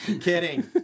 Kidding